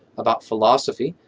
about philosophy,